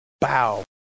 bow